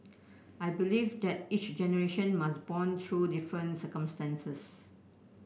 I believe that each generation must bond through different circumstances